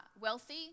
wealthy